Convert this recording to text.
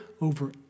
over